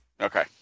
Okay